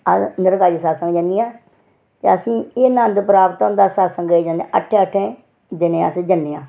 अस निरंकारी सत्संग जन्नी आं असेंगी एह् नन्द प्राप्त हुंदा सत्संग गी जन्ने अट्ठें अट्ठें दिनें असें जन्ने आं